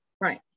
Right